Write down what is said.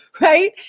right